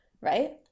right